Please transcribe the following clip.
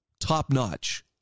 top-notch